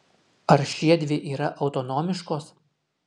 ar šiedvi yra autonomiškos